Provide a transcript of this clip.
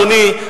אדוני,